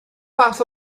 fath